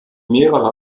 mehrere